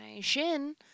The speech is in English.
shin